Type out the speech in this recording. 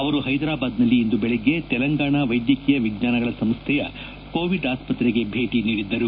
ಅವರು ಹೈದರಾಬಾದ್ನಲ್ಲಿ ಇಂದು ಬೆಳಗ್ಗೆ ತೆಲಂಗಾಣ ವೈದ್ಯಕೀಯ ವಿಜ್ಞಾನಗಳ ಸಂಸ್ಥೆಯ ಕೋವಿಡ್ ಆಸ್ಪತ್ರೆಗೆ ಭೇಟಿ ನೀಡಿದ್ದರು